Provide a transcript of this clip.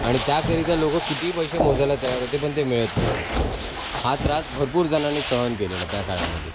आणि त्याकरिता लोक कितीही पैसे मोजायला तयार होते पण ते मिळत नव्हतं हा त्रास भरपूरजणांनी सहन केलेला त्या काळामध्ये